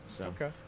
Okay